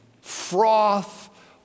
froth